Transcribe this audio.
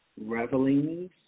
revelings